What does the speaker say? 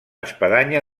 espadanya